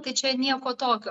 tai čia nieko tokio